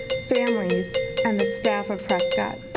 families and the staff of prescott?